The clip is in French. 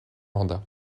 mandat